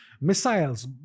missiles